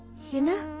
you new